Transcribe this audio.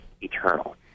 eternal